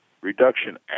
Reduction